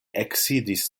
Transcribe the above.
eksidis